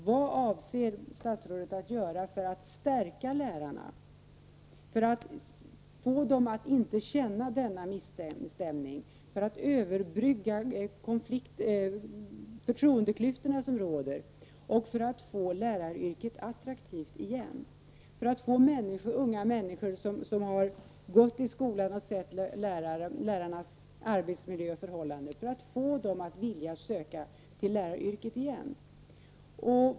Vad avser statsrådet att göra för att stärka lärarna, för att få dem att inte känna denna misstämning, för att överbrygga förtroendeklyftorna och för att göra läraryrket attraktivt igen? Hur skall Göran Persson få unga människor som har gått i skola och sett lärarnas arbetsmiljöförhållanden att söka till läraryrket?